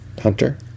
Hunter